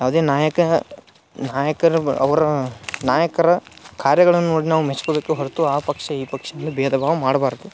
ಯಾವುದೇ ನಾಯಕ ನಾಯಕರ ಬ ಅವರ ನಾಯಕರ ಕಾರ್ಯಗಳನ್ನು ನೋಡಿ ನಾವು ಮೆಚ್ಕೊಬೇಕೆ ಹೊರತು ಆ ಪಕ್ಷ ಈ ಪಕ್ಷ ಅಂದು ಬೇಧ ಭಾವ ಮಾಡ್ಬಾರದು